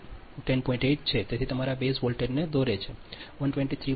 8 છે તેથી તે તમારા બેઝ વોલ્ટેજને દોરે છે 123